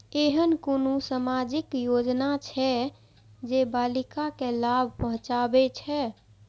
ऐहन कुनु सामाजिक योजना छे जे बालिका के लाभ पहुँचाबे छे?